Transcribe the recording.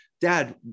Dad